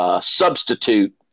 substitute